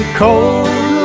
cold